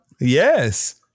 Yes